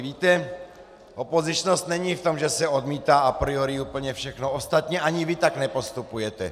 Víte, opozičnost není v tom, že se odmítá a priori úplně všechno, ostatně ani vy tak nepostupujete.